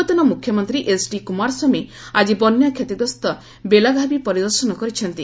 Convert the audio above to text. ପୂର୍ବତନ ମୁଖ୍ୟମନ୍ତ୍ରୀ ଏଚ୍ଡି କୁମାରସ୍ୱାମୀ ଆଜି ବନ୍ୟା କ୍ଷତିଗ୍ରସ୍ତ ବେଲାଗାଭି ପରିଦର୍ଶନ କରିଛନ୍ତି